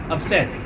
Upset